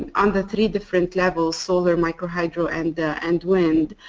on the three different levels, solar, micro hydro and and wind.